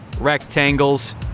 rectangles